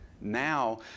now